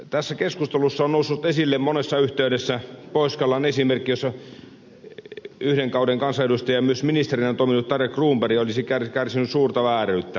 tässä keskustelussa on noussut esille monessa yhteydessä pohjois karjalan esimerkki jossa yhden kauden kansanedustaja myös ministerinä toiminut tarja cronberg olisi kärsinyt suurta vääryyttä